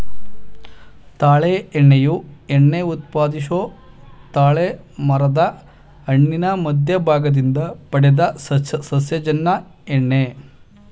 ತಾಳೆ ಎಣ್ಣೆಯು ಎಣ್ಣೆ ಉತ್ಪಾದಿಸೊ ತಾಳೆಮರದ್ ಹಣ್ಣಿನ ಮಧ್ಯದ ಭಾಗದಿಂದ ಪಡೆದ ಸಸ್ಯಜನ್ಯ ಎಣ್ಣೆ